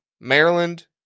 Maryland